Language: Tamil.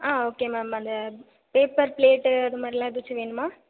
ஆ ஓகே மேம் அந்த பேப்பர் பிளேட்டு அது மாதிரிலாம் ஏதாச்சும் வேணுமா